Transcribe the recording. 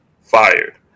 fired